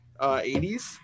80s